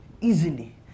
easily